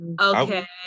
okay